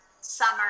summer